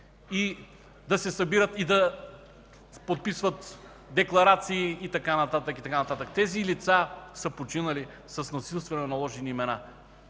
да се събират и да подписват декларации и така нататък, и така нататък. Тези лица са починали с насилствено наложени имена.